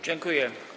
Dziękuję.